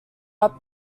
are